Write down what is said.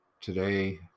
Today